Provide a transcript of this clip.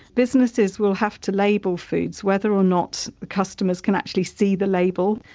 businesses will have to label foods whether or not customers can actually see the label,